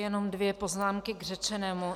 Jenom dvě poznámky k řečenému.